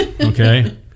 okay